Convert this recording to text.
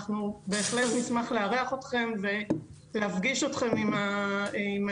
אנחנו בהחלט נשמח לארח אתכם ולהפגיש אתכם עם ההייטק.